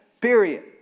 period